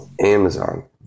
Amazon